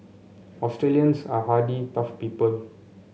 Australians are hardy tough people